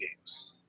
games